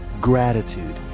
gratitude